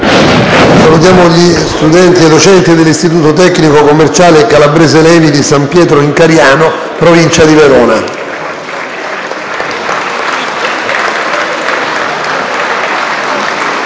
salutiamo gli studenti e i docenti dell'Istituto tecnico commerciale «L. Calabrese-P. Levi» di San Pietro in Cariano, in provincia di Verona,